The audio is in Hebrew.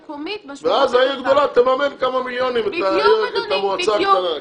העיר הגדולה תממן בכמה מיליונים את המועצה הקטנה.